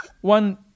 One